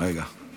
חרבות ברזל)